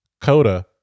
Coda